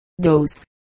Dose